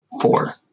four